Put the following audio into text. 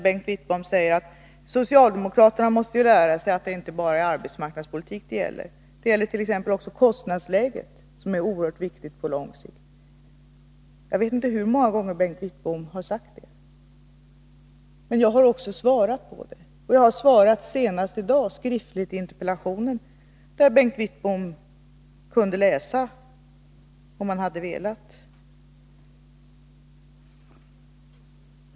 Bengt Wittbom säger att socialdemokraterna måste lära sig att det inte bara är arbetsmarknadspolitik det gäller — det gäller t.ex. också kostnadsläget, som är oerhört viktigt på lång sikt. Jag vet inte hur många gånger Bengt Wittbom har sagt det. Men jag har svarat på detta, senast i dag, skriftligt i interpellationssvaret, där Bengt Wittbom kunde läsa — om han hade velat.